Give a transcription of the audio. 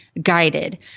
guided